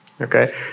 okay